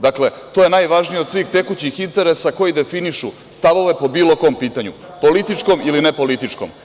Dakle, to je najvažnije od svih tekućih interesa koji definišu stavove po bilo kom pitanju, političkom ili nepolitičkom.